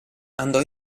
andò